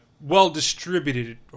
well-distributed